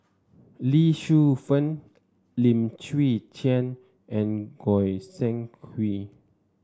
Lee Shu Fen Lim Chwee Chian and Goi Seng Hui